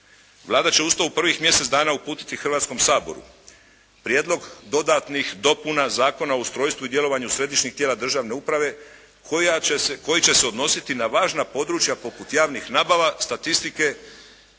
Vlada će uz to u prvih mjesec dana uputiti Hrvatskom saboru prijedlog dodatnih dopuna Zakona o ustrojstvu i djelovanju središnjih tijela državne uprave koja će se, koji će se odnositi na važna područja poput javnih nabava, statistike